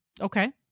okay